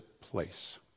place